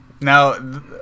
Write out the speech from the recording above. now